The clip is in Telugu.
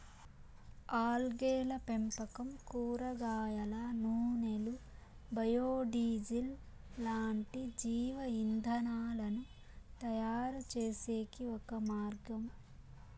ఆల్గేల పెంపకం కూరగాయల నూనెలు, బయో డీజిల్ లాంటి జీవ ఇంధనాలను తయారుచేసేకి ఒక మార్గం